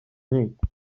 nkiko